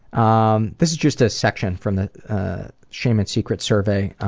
um this is just a section from the shame and secrets survey.